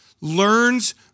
learns